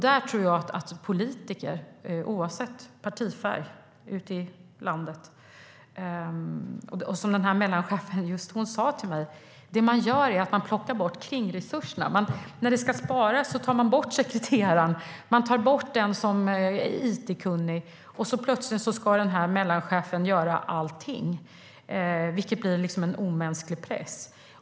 Där tror jag att politiker ute i landet, oavsett partifärg, har en roll att spela. Den mellanchef som jag intervjuade sa till mig att det som sker är att man plockar bort kringresurserna. När det ska sparas tar man bort sekreteraren, man tar bort den som är it-kunnig, och plötsligt ska mellanchefen göra allting. Det medför en omänsklig press.